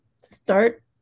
start